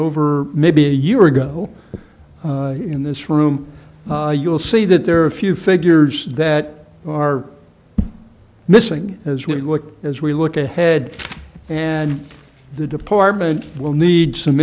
over maybe a year ago in this room you'll see that there are a few figures that are missing as we look as we look ahead and the department will need some